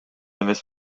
эмес